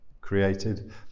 created